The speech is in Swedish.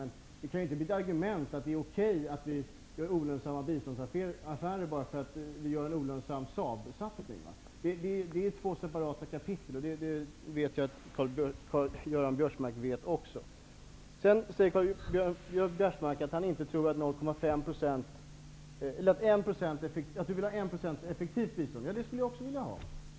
Men det kan inte bli ett argument att det är okej att vi gör olönsamma biståndsaffärer bara därför att vi gör en olönsam Saabsatsning. Det är två separata kapitel. Det vet jag att även Karl Göran Biörsmark vet. Sedan säger Karl-Göran Biörsmark att han vill ha 1 % effektivt bistånd. Det skulle jag också vilja ha.